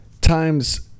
times